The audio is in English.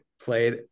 played